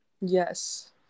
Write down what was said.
yes